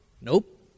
Nope